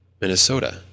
Minnesota